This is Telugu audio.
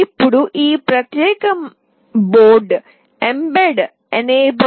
ఇప్పుడు ఈ ప్రత్యేక బోర్డు mbed ఎనేబుల్